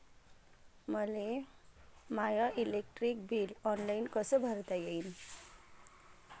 मले my electric bill online कस भरता येईन?